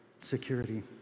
security